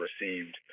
received